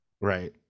Right